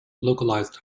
localized